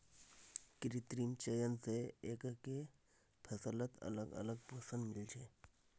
कृत्रिम चयन स एकके फसलत अलग अलग पोषण मिल छे